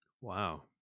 Wow